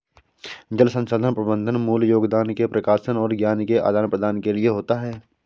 जल संसाधन प्रबंधन मूल योगदान के प्रकाशन और ज्ञान के आदान प्रदान के लिए होता है